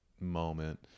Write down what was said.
Moment